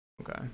Okay